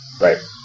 Right